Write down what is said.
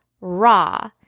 Raw